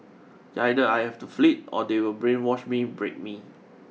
either I have to flee or they will brainwash me break me